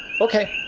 okay,